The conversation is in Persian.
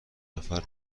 نفر